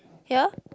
here